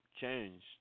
changed